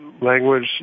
language